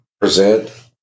present